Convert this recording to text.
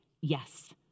yes